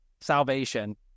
salvation